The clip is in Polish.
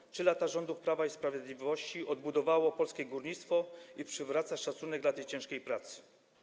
Czy przez lata rządów Prawa i Sprawiedliwości odbudowano polskie górnictwo i przywraca się szacunek dla tej ciężkiej pracy?